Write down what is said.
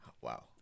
wow